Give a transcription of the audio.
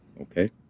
Okay